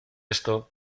eso